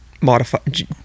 modified